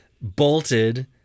bolted